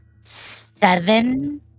seven